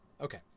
Okay